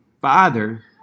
father